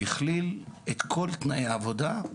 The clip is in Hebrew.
שהכליל את כל תנאי העבודה.